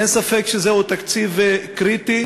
אין ספק שזהו תקציב קריטי,